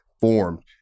formed